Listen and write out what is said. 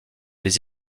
les